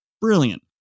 Brilliant